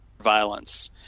Violence